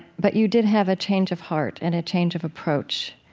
but you did have a change of heart and a change of approach.